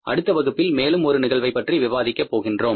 அடுத்த வகுப்பில் மேலும் ஒரு நிகழ்வைப் பற்றி விவாதிக்க போகின்றோம்